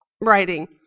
writing